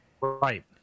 Right